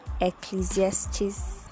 Ecclesiastes